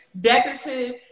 decorative